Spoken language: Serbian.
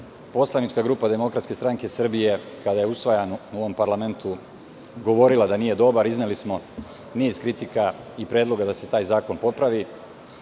poslanička grupa DSS, kada je usvajan u ovom parlamentu, govorila da nije dobar. Izneli smo niz kritika i predloga da se taj zakon popravi.